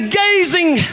gazing